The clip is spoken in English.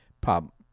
pop